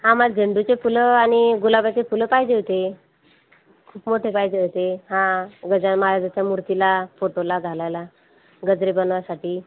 हा मग झेंडूचे फुलं आणि गुलाबाचे फुलं पाहिजे होते खूप मोठे पाहिजे होते हा गजानन महाराजाच्या मूर्तीला फोटोला घालायला गजरे बनवायसाठी